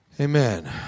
Amen